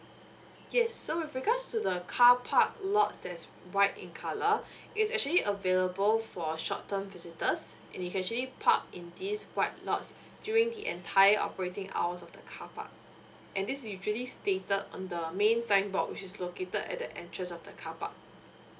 yes so with regards to the carpark lots that's white in colour is actually available for a short term visitors and you can actually park in these white lots during the entire operating hours of the carpark and this is usually stated on the main signboard which is located at the entrance of the carpark